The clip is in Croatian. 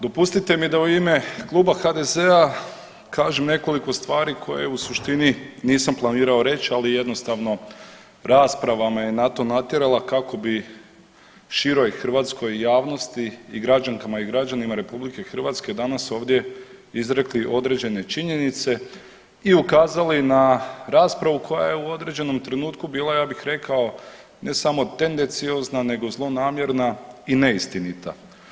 Dopustite mi da u ime Kluba HDZ-a kažem nekoliko stvari koje u suštini nisam planirao reći, ali jednostavno rasprava me na to naterala kako bi široj hrvatskoj javnosti i građankama i građanima RH danas ovdje izrekli određene činjenice i ukazali na raspravu koja je u određenom trenutku bila, ja bih rekao, ne samo tendenciozna, nego zlonamjerna i neistinita.